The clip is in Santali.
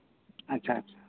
ᱟᱪᱪᱷᱟ ᱟᱪᱪᱷᱟ